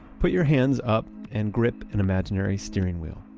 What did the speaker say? put your hands up and grip an imaginary steering wheel.